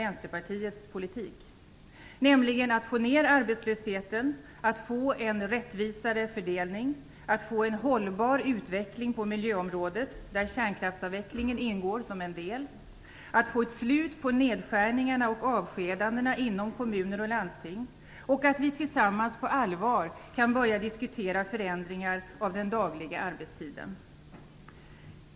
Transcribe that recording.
Vänsterpartiets, politik, nämligen att få ned arbetslösheten, att få en rättvisare fördelning, att få en hållbar utveckling på miljöområdet där kärnkraftsavvecklingen ingår som en del, att få ett slut på nedskärningarna och avskedandena inom kommuner och landsting och tillsammans på allvar börja diskutera förändringar av den dagliga arbetstiden.